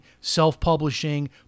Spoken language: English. self-publishing